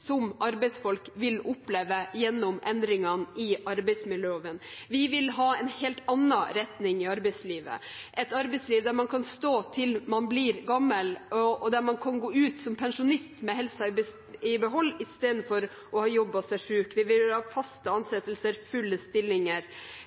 som arbeidsfolk vil oppleve gjennom endringene i arbeidsmiljøloven. Vi vil ha en helt annen retning i arbeidslivet, et arbeidsliv som man kan stå i til man blir gammel, og som man kan gå ut av som pensjonist med helsen i behold, istedenfor å ha jobbet seg syk. Vi vil ha faste ansettelser, fulle stillinger.